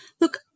Look